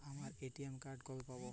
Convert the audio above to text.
আমার ATM card কবে পাব?